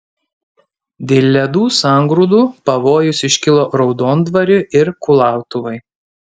dėl ledų sangrūdų pavojus iškilo raudondvariui ir kulautuvai